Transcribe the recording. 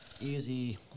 Easy